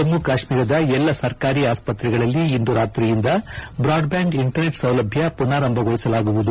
ಜಮ್ಲು ಕಾಶ್ವೀರದ ಎಲ್ಲ ಸರ್ಕಾರಿ ಆಸ್ಪತ್ರೆಗಳಲ್ಲಿ ಇಂದು ರಾತ್ರಿಯಿಂದ ಬ್ರಾಡ್ಬ್ಲಾಂಡ್ ಇಂಟರ್ನೆಟ್ ಸೌಲಭ್ಯ ಮನಾರಂಭಗೊಳಿಸಲಾಗುವುದು